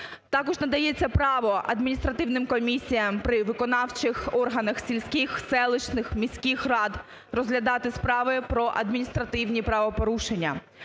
Також надається право адміністративним комісіям при виконавчих органах сільських, селищних, міських рад розглядати справи про адміністративні правопорушення.